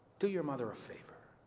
do your mother a favor.